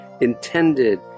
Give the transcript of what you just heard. intended